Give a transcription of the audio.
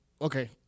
Okay